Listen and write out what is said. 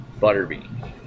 Butterbean